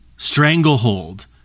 Stranglehold